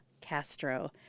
Castro